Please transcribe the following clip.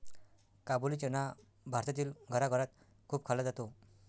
काबुली चना भारतातील घराघरात खूप खाल्ला जातो